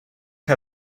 how